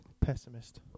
Pessimist